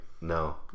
no